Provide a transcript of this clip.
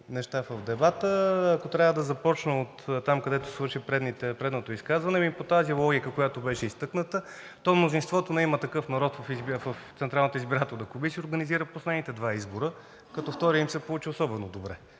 неща. Ако трябва да започна оттам, където свърши предното изказване – по тази логика, която беше изтъкната, то мнозинството на „Има такъв народ“ в Централната избирателна комисия организира последните два избора, като вторият им се получи особено добре,